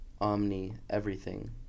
omni-everything